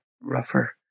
rougher